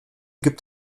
gibt